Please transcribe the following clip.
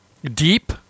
Deep